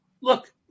look